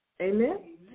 Amen